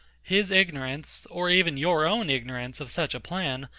his ignorance, or even your own ignorance of such a plan,